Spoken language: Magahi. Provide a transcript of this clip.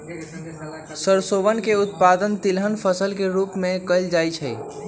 सरसोवन के उत्पादन तिलहन फसल के रूप में कइल जाहई